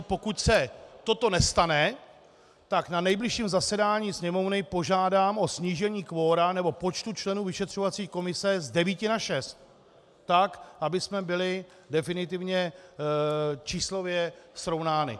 Pokud se toto nestane, tak na nejbližším zasedání Sněmovny požádám o snížení kvora nebo počtu členů vyšetřovací komise z devíti na šest, tak abychom byli definitivně číslově srovnáni.